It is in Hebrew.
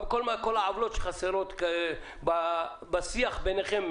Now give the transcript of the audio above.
כל העוולות שחסרות בשיח ביניכם,